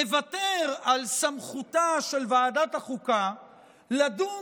מוותר על סמכותה של ועדת החוקה לדון